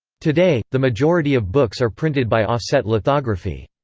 today, the majority of books are printed by offset lithography.